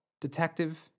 Detective